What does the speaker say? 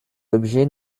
objets